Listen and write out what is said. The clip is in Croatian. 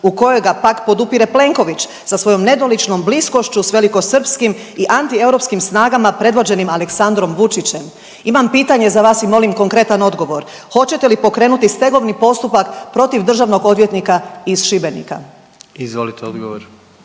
u kojoj ga pak podupire Plenković sa svojom nedoličnom bliskošću s velikosrpskim i antieuropskim snagama predvođenim Aleksandrom Vučićem. Imam pitanje za vas i molim konkretan odgovor, hoćete li pokrenuti stegovni postupak protiv državnog odvjetnika iz Šibenika? **Jandroković,